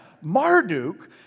Marduk